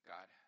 God